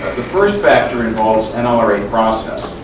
the first factor involves and um nlra process.